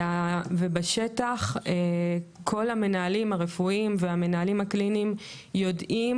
בשטח כל המנהלים הרפואיים והמנהלים הקליניים יודעים